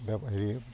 ব হেৰি